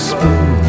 Spoon